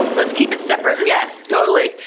let's keep it separate. yes, totally.